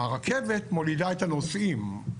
הרכבת מולידה את הנוסעים.